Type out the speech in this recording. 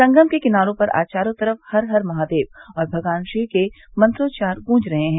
संगम के किनारों पर आज चारों तरफ हर हर महादेव और भगवान शिव के मंत्रोच्चार गूंज रहे हैं